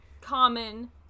common